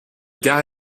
gare